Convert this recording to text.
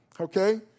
okay